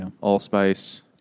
Allspice